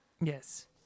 Yes